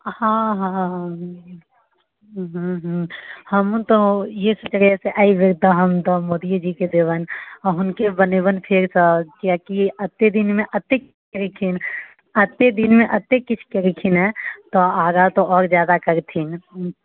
हँ हँ हँ हूँ हूँ हूँ हमहूँ तऽ इस तरह से एहिबेर तऽ हम तऽ मोदियेजीकेँ देबनि हुनके बनेबनि फेरसँ किएकि एतेक दिनमे एतेक केलखिन एतेक दिनमे एतेक किछु केलखिन हँ तऽ आगाँ तऽ आओर जादा करथिन